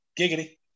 Giggity